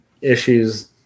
issues